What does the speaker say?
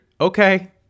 okay